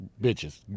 bitches